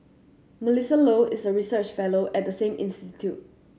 Melissa Low is a research fellow at the same institute